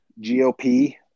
GOP